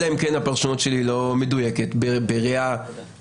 אלא אם כן הפרשנות שלי לא מדויקת בראיה מערכתית.